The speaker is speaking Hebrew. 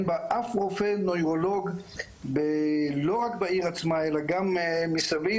בה אף רופא נוירולוג לא רק בעיר עצמה אלא גם מסביב,